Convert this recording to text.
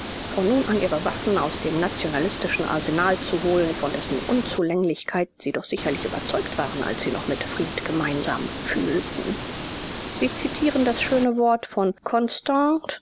von nun an ihre waffen aus dem nationalistischen arsenal zu holen von dessen unzulänglichkeit sie doch sicherlich überzeugt waren als sie noch mit fried gemeinsam fühlten sie zitieren das schöne wort von